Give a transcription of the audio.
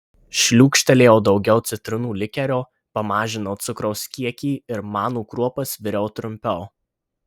šliūkštelėjau daugiau citrinų likerio pamažinau cukraus kiekį ir manų kruopas viriau trumpiau